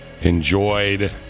enjoyed